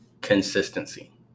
Consistency